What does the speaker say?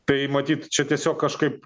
tai matyt čia tiesiog kažkaip